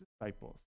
disciples